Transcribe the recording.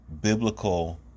biblical